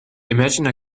imagine